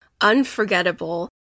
unforgettable